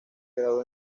graduó